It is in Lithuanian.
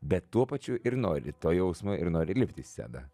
bet tuo pačiu ir nori to jausmo ir nori lipti į sceną